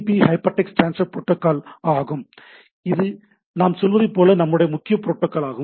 B hypertext transfer protocol ஆகும் இது நாம் சொல்வதுபோல் நம்முடைய முக்கிய புரோட்டோகால் ஆகும்